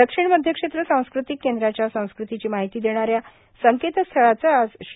दक्षिण मध्य क्षेत्र सांस्कृतिक केंद्राच्या संस्कृतीची माहिती देणाऱ्या संकेतस्थळाच आज श्री